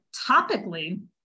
topically